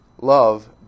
Love